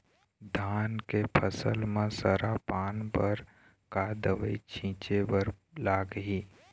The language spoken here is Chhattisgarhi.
धान के फसल म सरा पान बर का दवई छीचे बर लागिही?